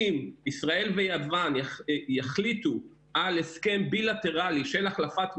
אם ישראל ויוון יחליטו על הסכם בילטראלי של החלפת מידע,